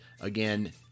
Again